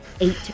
eight